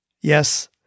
yes